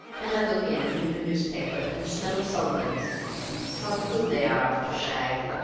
and look in and leave a newspaper and a smell of sullivans how good they are after shag!